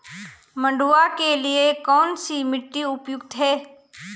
मंडुवा के लिए कौन सी मिट्टी उपयुक्त है?